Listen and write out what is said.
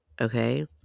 okay